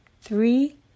three